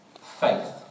Faith